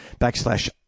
backslash